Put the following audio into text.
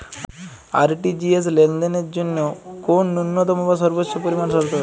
RTGS লেনদেনের জন্য কোন ন্যূনতম বা সর্বোচ্চ পরিমাণ শর্ত আছে?